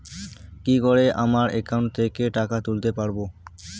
কি করে আমার একাউন্ট থেকে টাকা তুলতে পারব?